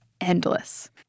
endless